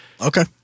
Okay